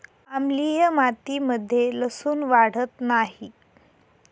आम्लीय मातीमध्ये लसुन वाढत नाही